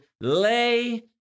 lay